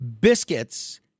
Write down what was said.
biscuits